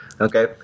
Okay